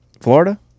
Florida